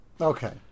Okay